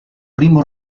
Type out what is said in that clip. primo